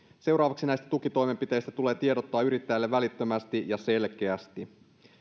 seuraavaksi näistä tukitoimenpiteistä tulee tiedottaa yrittäjille välittömästi ja selkeästi